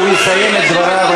הוא יסיים את דבריו,